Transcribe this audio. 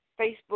Facebook